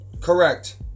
Correct